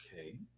Okay